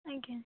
ଆଜ୍ଞା